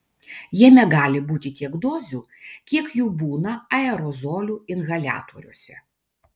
jame gali būti tiek dozių kiek jų būna aerozolių inhaliatoriuose